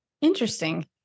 Interesting